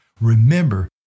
Remember